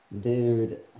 Dude